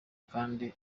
kandi